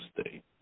state